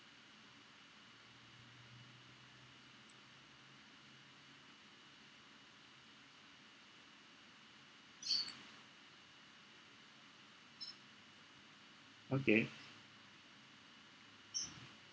okay